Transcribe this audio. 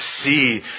see